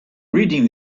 reading